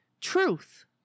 Truth